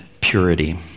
purity